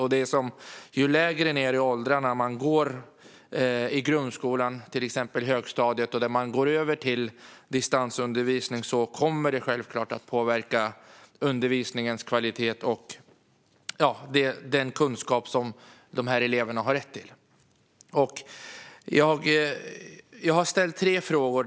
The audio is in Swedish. Och går man lägre ned i åldrarna och går över till distansundervisning i till exempel högstadiet kommer det givetvis att påverka undervisningens kvalitet och den kunskap dessa elever har rätt till. Jag har ställt tre frågor.